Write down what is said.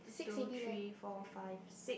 two three four five six